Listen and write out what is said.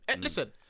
Listen